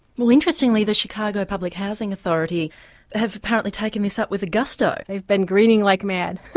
well interestingly the chicago public housing authority have apparently taken this up with gusto. they've been greening like mad.